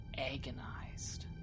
agonized